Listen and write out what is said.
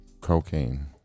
Cocaine